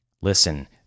Listen